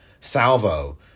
salvo